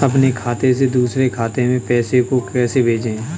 अपने खाते से दूसरे के खाते में पैसे को कैसे भेजे?